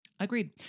Agreed